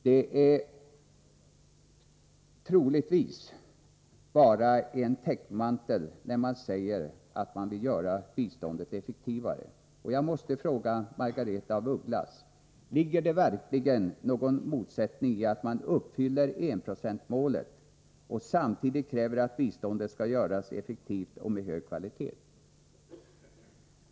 Det är troligtvis bara en täckmantel, när man säger att man vill göra biståndet effektivare. Jag måste fråga Margaretha af Ugglas: Ligger det verkligen någon motsättning i att man uppfyller enprocentsmålet och samtidigt kräver att biståndet skall göras effektivt och vara av hög kvalitet?